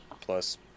Plus